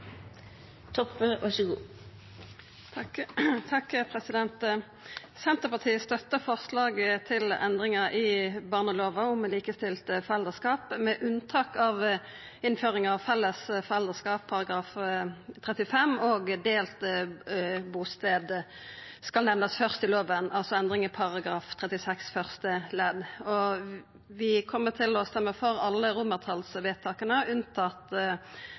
Senterpartiet støttar forslaget til endringane i barnelova om likestilt foreldreskap med unntak av innføring av felles foreldreskap, § 35, og at delt bustad skal nemnast først i lova, altså endring i § 36 første ledd. Vi kjem til å stemma for alle